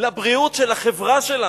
לבריאות של החברה שלנו?